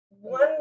One